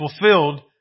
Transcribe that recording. fulfilled